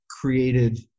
created